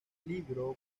libro